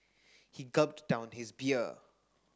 he gulped down his beer